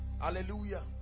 Hallelujah